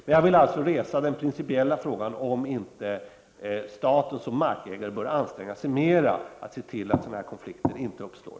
Men jag vill resa den principiella frågan om inte staten som markägare bör anstränga sig mera för att se till att sådana här konflikter inte uppstår.